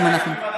אם אנחנו,